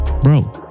Bro